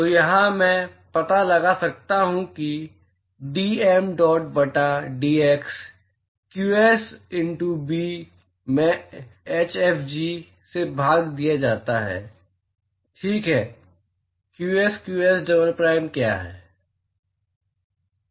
तो यहाँ से मैं पता लगा सकता हूँ कि d mdot बटा dx qsb में hfg से भाग दिया जाता है ठीक है qs qs डबल प्राइम क्या है